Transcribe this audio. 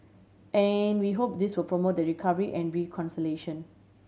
and we hope this will promote the recovery and reconciliation